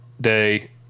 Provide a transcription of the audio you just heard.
day